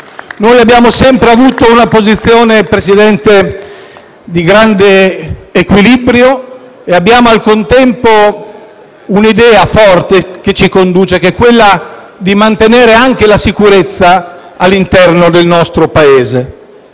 Noi abbiamo sempre avuto, signor Presidente, una posizione di grande equilibrio e abbiamo al contempo un'idea forte che ci conduce, quella di mantenere la sicurezza all'interno del nostro Paese.